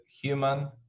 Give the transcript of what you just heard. human